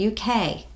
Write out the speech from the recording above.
UK